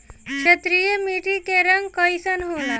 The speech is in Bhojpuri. क्षारीय मीट्टी क रंग कइसन होला?